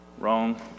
Wrong